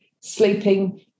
sleeping